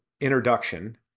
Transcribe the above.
introduction